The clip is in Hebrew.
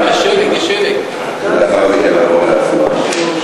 הצעה אחרת, ולאחר מכן נעבור להצבעה.